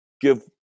give